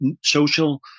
social